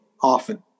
often